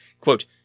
Quote